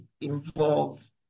involve